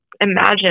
imagine